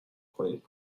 کنین